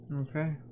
Okay